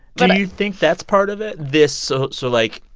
but. do you think that's part of it? this so so, like,